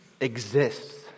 exists